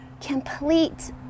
complete